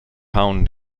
found